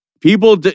People